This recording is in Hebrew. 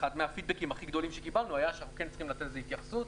ואחד מהפידבקים הכי גדולים שקיבלנו היה שכן צריכים לתת לזה התייחסות.